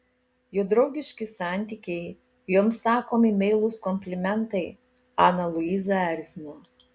jo draugiški santykiai joms sakomi meilūs komplimentai aną luizą erzino